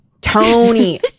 Tony